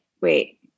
Wait